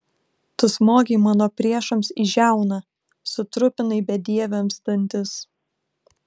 tu smogei mano priešams į žiauną sutrupinai bedieviams dantis